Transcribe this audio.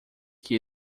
que